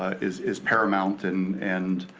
ah is is paramount, and and